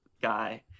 guy